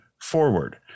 forward